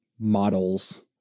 models